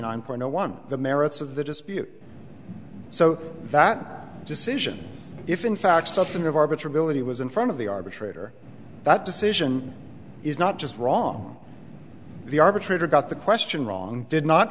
nine point zero one the merits of the dispute so that decision if in fact substantive arbiter ability was in front of the arbitrator that decision is not just wrong the arbitrator got the question wrong did not